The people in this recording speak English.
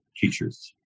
teachers